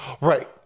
Right